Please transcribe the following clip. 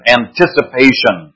anticipation